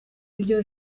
ibyo